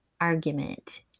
argument